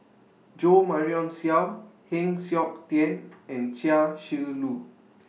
Jo Marion Seow Heng Siok Tian and Chia Shi Lu